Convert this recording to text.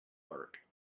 clerk